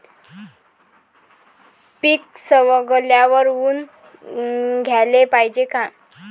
पीक सवंगल्यावर ऊन द्याले पायजे का?